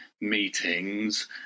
meetings